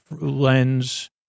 lens